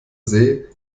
see